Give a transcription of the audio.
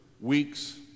weeks